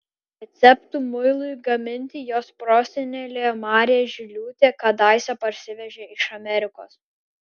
receptų muilui gaminti jos prosenelė marė žiliūtė kadaise parsivežė iš amerikos